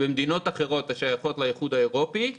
במדינות אחרות השייכות לאיחוד האירופאי.